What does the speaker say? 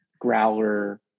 growler